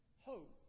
hope